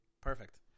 Perfect